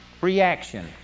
reaction